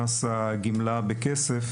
שנכנסה הרפורמה של הגמלה בכסף,